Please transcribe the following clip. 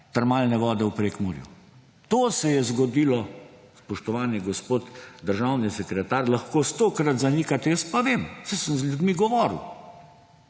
termalne vode v Prekmurju. To se je zgodilo, spoštovani gospod državni sekretar. Lahko stokrat zanikate, jaz pa vam, saj sem z ljudmi govoril.